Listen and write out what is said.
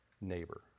neighbor